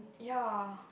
ya